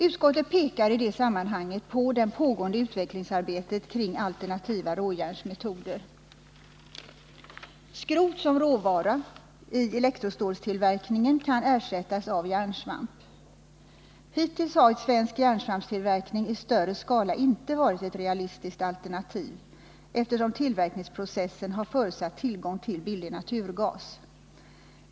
Utskottet pekar i det sammanhanget på det pågående utvecklingsarbetet kring alternativa råjärnsmetoder. Skrot som råvara i elektrostålstillverkning kan ersättas av järnsvamp. Hittills har svensk järnsvampstillverkning i större skala inte varit ett realistiskt alternativ, eftersom tillverkningsprocessen har förutsatt tillgång till billig naturgas.